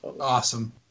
Awesome